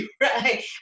right